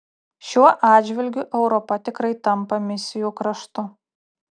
šiuo atžvilgiu europa tikrai tampa misijų kraštu